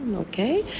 okay.